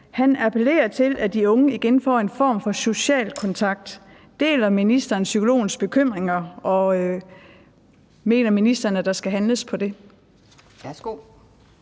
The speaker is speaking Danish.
Han appellerer til, at de unge igen får en form for social kontakt. Deler ministeren psykologens bekymringer, og mener ministeren, at der skal handles på det?